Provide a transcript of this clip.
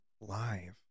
live